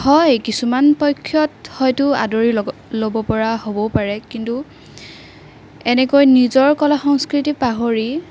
হয় কিছুমান পক্ষত হয়তো আদৰি ল'ব ল'ব পৰা হ'বও পাৰে কিন্তু এনেকৈ নিজৰ কলা সংস্কৃতিক পাহৰি